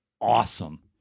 awesome